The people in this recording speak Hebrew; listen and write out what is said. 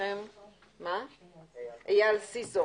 אייל סיסו